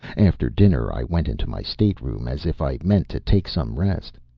after dinner i went into my stateroom as if i meant to take some rest.